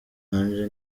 angel